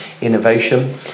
innovation